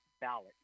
ballot